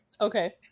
Okay